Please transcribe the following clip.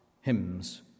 Hymns